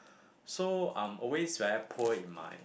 so I'm always very poor in my